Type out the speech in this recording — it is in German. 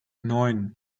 neun